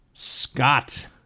Scott